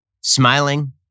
smiling